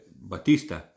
Batista